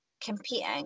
competing